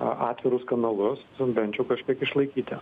atvirus kanalus bent jau kažkiek išlaikyti